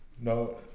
No